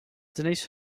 denise